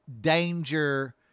danger